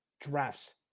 drafts